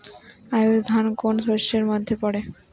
আউশ ধান কোন শস্যের মধ্যে পড়ে?